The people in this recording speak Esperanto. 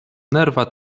nerva